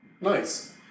Nice